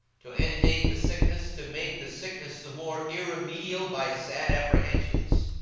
to antedate the sickness, to make the sickness the more irremediable by sad apprehensions,